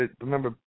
remember